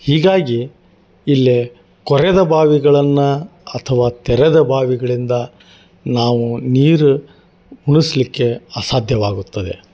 ಹೀಗಾಗಿ ಇಲ್ಲೇ ಕೊರೆದ ಬಾವಿಗಳನ್ನು ಅಥವಾ ತೆರೆದ ಬಾವಿಗಳಿಂದ ನಾವು ನೀರು ಉಣಿಸಲ್ಲಿಕ್ಕೆ ಅಸಾಧ್ಯವಾಗುತ್ತದೆ